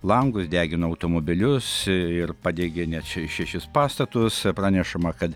langus degino automobilius ir padegė net še šešis pastatus pranešama kad